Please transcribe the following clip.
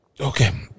Okay